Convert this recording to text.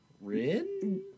Rin